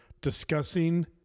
discussing